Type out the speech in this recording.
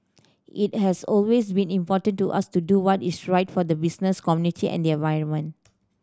it has always been important to us to do what is right for the business community and the environment